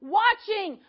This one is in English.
watching